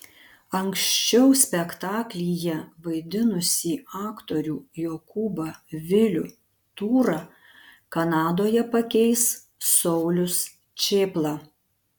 anksčiau spektaklyje vaidinusį aktorių jokūbą vilių tūrą kanadoje pakeis saulius čėpla